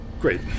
Great